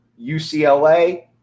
UCLA